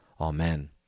Amen